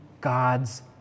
God's